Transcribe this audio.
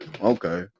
Okay